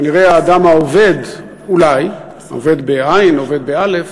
כנראה האדם העובד, אולי, עובד או אובד,